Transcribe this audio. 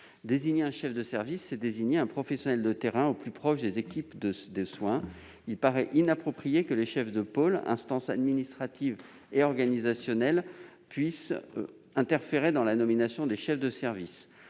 Désigner un chef de service, c'est désigner un professionnel de terrain, au plus proche des équipes de soins. Il paraît inapproprié que les chefs de pôle, instances administratives et organisationnelles, puissent interférer dans la nomination des chefs de service.